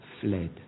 Fled